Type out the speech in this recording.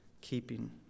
keeping